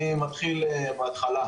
אני מתחיל בהתחלה.